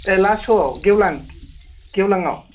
ओ लास्ट स'आव गेवलां गेवलाङाव